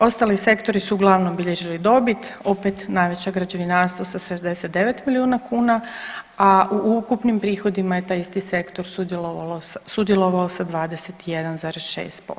Ostali sektori su uglavnom bilježili dobit, opet najveća građevinarstvo sa 69 milijardi kuna, a u ukupnim prihodima je taj isti sektor sudjelovao sa 21,6%